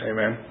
Amen